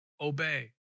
obey